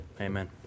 amen